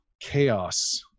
chaos